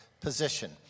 position